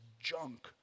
junk